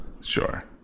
sure